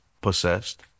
possessed